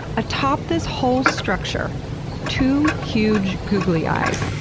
atop this whole structure two huge googly eyes,